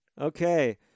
Okay